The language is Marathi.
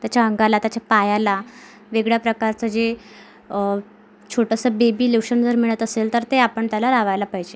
त्याच्या अंगाला त्याच्या पायाला वेगळ्या प्रकारचं जे छोटंसं बेबी लोशन जर मिळत असेल तर ते आपण त्याला लावायला पाहिजे